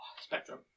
Spectrum